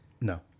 No